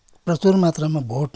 प्रचुर मात्रामा भोट